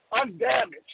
undamaged